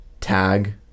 tag